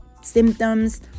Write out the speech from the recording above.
symptoms